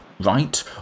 right